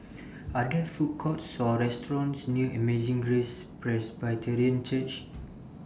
Are There Food Courts Or restaurants near Amazing Grace Presbyterian Church